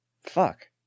Fuck